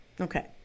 Okay